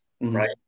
right